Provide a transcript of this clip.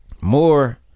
more